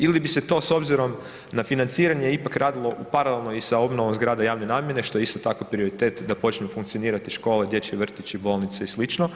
Ili bi se to, s obzirom na financiranje ipak radilo paralelno i sa obnovom zgrade javne nabave što je isto tako, prioritet da počnu funkcionirati škole, dječji vrtići, bolnice i sl.